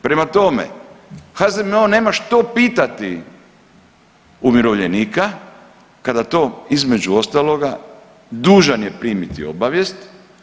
Prema tome, HZMO nema što pitati umirovljenika kada to između ostaloga dužan je primiti obavijest.